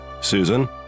Susan